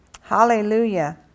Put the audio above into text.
Hallelujah